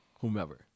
Whomever